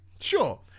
sure